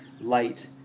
light